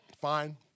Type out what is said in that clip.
fine